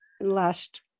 last